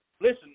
listen